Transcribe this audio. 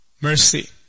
mercy